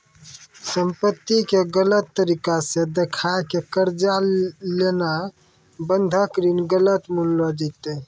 संपत्ति के गलत तरिका से देखाय के कर्जा लेनाय बंधक ऋण गलत मानलो जैतै